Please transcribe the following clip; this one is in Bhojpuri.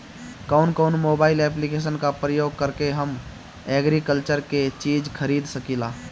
कउन कउन मोबाइल ऐप्लिकेशन का प्रयोग करके हम एग्रीकल्चर के चिज खरीद सकिला?